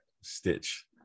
stitch